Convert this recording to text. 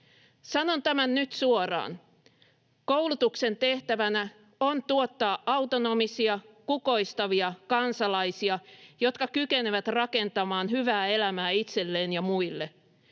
Sanon tämän nyt suoraan: koulutuksen tehtävänä on tuottaa autonomisia, kukoistavia kansalaisia, jotka kykenevät rakentamaan hyvää elämää itselleen ja muille.